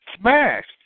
smashed